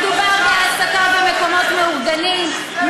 מדובר בהעסקה במקומות מאורגנים,